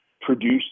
produced